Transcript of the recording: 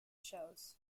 shows